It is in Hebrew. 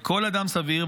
כל אדם סביר,